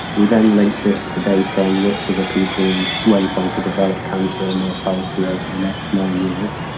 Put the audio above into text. we then linked this to data on which of the people went on to develop cancer or mortality over the next nine years,